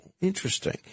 interesting